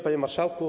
Panie Marszałku!